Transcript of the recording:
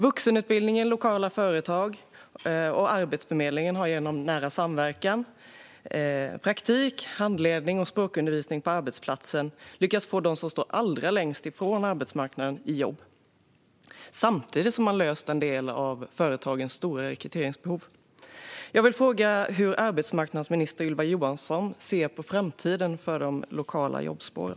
Vuxenutbildningen, lokala företag och Arbetsförmedlingen har genom nära samverkan, praktik, handledning och språkundervisning på arbetsplatsen lyckats få dem som står allra längst ifrån arbetsmarknaden i jobb samtidigt som man har löst en del av företagens stora rekryteringsbehov. Jag vill fråga hur arbetsmarknadsminister Ylva Johansson ser på framtiden för de lokala jobbspåren.